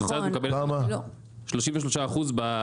הקבוצה הזאת מקבלת 33% בחופשי חודשי.